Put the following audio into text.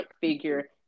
figure